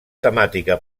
temàtica